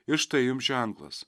ir štai jums ženklas